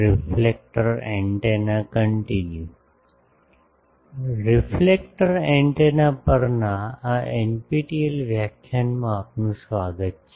reflector antenna પરના આ NPTEL વ્યાખ્યાનમાં આપનું સ્વાગત છે